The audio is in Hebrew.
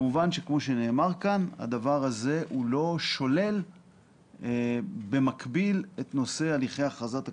כמובן שכמו שנאמר כאן הדבר הזה לא שולל במקביל את נושא הכרזת הקרקעות,